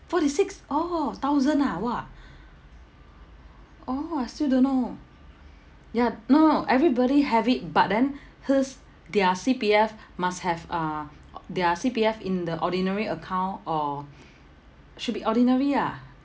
forty six oh thousand ah !wah! oh I still don't know ya no no everybody have it but then hers their C_P_F must have uh their C_P_F in the ordinary account or should be ordinary ah